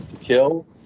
kill